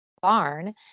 barn